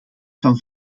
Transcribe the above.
van